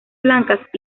blancas